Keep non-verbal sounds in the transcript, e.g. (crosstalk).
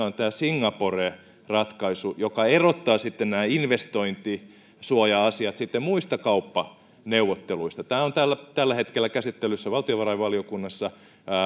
(unintelligible) on tämä singapore ratkaisu joka erottaa investointisuoja asiat muista kauppaneuvotteluista tämä on tällä tällä hetkellä käsittelyssä valtiovarainvaliokunnassa